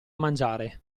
mangiare